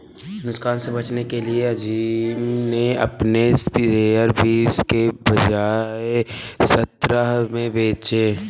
नुकसान से बचने के लिए अज़ीम ने अपने शेयर बीस के बजाए सत्रह में बेचे